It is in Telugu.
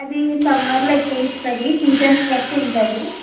అది సమ్మర్లో ఎక్కువ ఇస్తుంది సీజన్స్ బట్టి ఉంటుంది